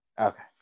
Okay